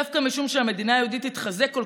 דווקא משום שהמדינה היהודית תתחזק כל